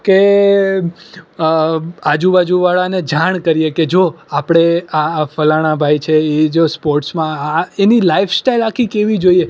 કે આજુબાજુવાળાને જાણ કરીએ કે જો આપણે આ ફલાણા ભાઈ છે એ જો સ્પોર્ટ્સમાં આ એની લાઈફસ્ટાઈલ આખી કેવી જોઈએ